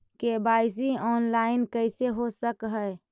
KYC online कैसे हो सक है?